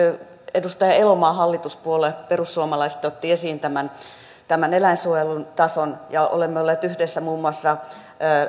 edustaja elomaan hallituspuolue perussuomalaiset otti esiin tämän tämän eläinsuojelun tason ja olemme olleet yhdessä muun muassa